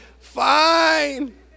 fine